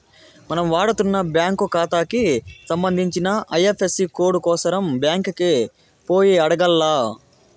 మనం వాడతన్న బ్యాంకు కాతాకి సంబంధించిన ఐఎఫ్ఎసీ కోడు కోసరం బ్యాంకికి పోయి అడగాల్ల